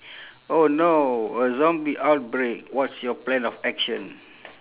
oh no a zombie outbreak what's your plan of action